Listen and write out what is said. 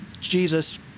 Jesus